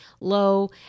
low